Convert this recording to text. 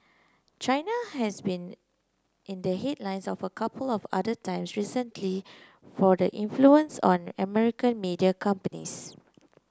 China has been in the headlines of a couple of other times recently for the influence on American media companies